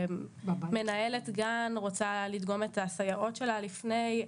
מנהלת גן רוצה לדגום את הסייעות שלה לפני,